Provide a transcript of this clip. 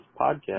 podcast